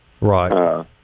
right